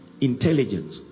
intelligence